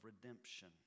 redemption